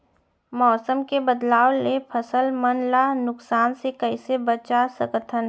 मौसम के बदलाव ले फसल मन ला नुकसान से कइसे बचा सकथन?